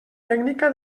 tècnica